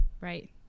Right